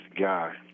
guy